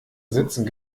sitzen